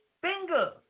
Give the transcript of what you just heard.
finger